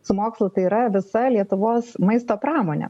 su mokslu tai yra visa lietuvos maisto pramonė